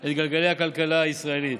את גלגלי הכלכלה הישראלית.